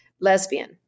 lesbian